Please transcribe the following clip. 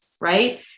Right